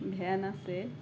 van আসে